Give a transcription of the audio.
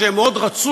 הם מאוד רצו,